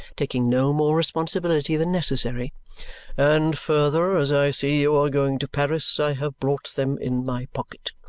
taking no more responsibility than necessary and further, as i see you are going to paris, i have brought them in my pocket.